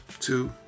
two